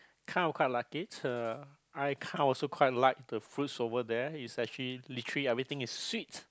kind of kind of like it uh I kind of also quite like the fruits over there it's actually everything is sweet